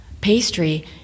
pastry